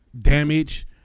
Damage